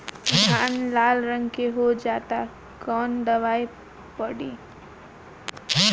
धान लाल रंग के हो जाता कवन दवाई पढ़े?